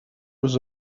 was